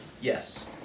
Yes